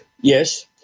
Yes